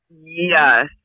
Yes